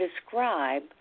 describe